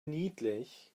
niedlich